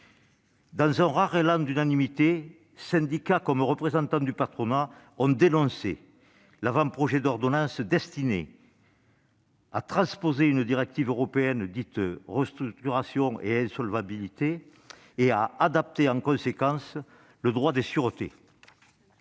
Dans un rare élan d'unanimité, syndicats comme représentants du patronat ont dénoncé l'avant-projet d'ordonnance destiné à transposer la directive européenne sur la restructuration et l'insolvabilité et à adapter en conséquence le droit des sûretés.